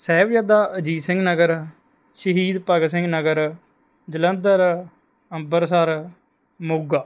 Sahibzada Ajit Singh Nagar Shaheed Bhagat Singh Nagar Jalandhar Amritsar Moga